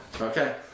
Okay